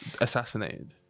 assassinated